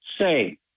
Say